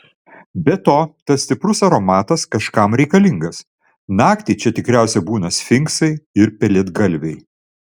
be to tas stiprus aromatas kažkam reikalingas naktį čia tikriausiai būna sfinksai ir pelėdgalviai